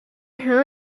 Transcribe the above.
her